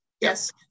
Yes